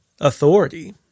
authority